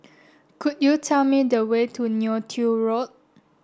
could you tell me the way to Neo Tiew Road